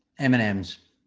m and m's.